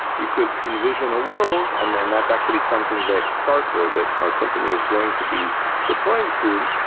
you could envision a world, and and that's actually something that starkware, that our company is going to be deploying soon.